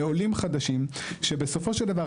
מעולים חדשים שבסופו של דבר,